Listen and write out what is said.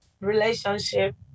relationship